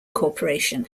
corporation